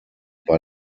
bei